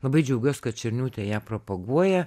labai džiaugiuos kad černiūtė ją propaguoja